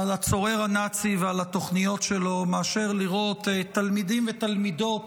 הצורר הנאצי ועל התוכניות שלו מאשר לראות תלמידים ותלמידות